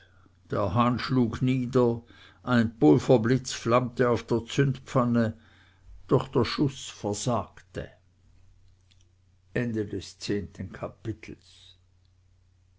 der hahn schlug nieder ein pulverblick flammte auf der zündpfanne doch der schuß versagte